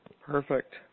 Perfect